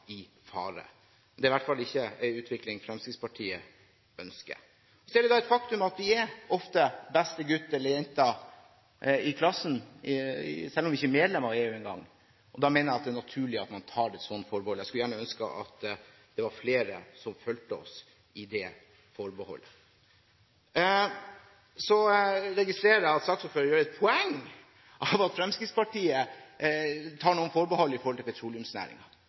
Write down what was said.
i fare. Det er i hvert fall ikke en utvikling Fremskrittspartiet ønsker. Det er et faktum at vi ofte er beste gutt eller jente i klassen, selv om vi ikke er medlem av EU engang, og da mener jeg det er naturlig at man tar et slikt forbehold. Jeg skulle gjerne ønske at det var flere som fulgte oss i det forbeholdet. Jeg registrerer at saksordføreren gjør et poeng av at Fremskrittspartiet tar noen forbehold